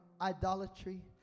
idolatry